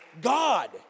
God